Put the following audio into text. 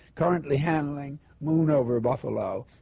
currently handling moon over buffalo.